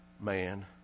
man